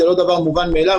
זה לא דבר מובן מאליו.